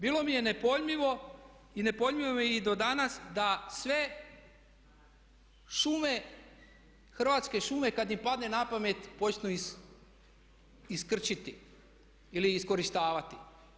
Bilo mi je nepojmljivo i nepojmljivo mi je i do danas da sve šume, Hrvatske šume kad im padne na pamet počnu iskrčiti ili iskorištavati.